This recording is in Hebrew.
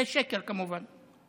זה שקר, כמובן,